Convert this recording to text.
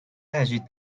تجدید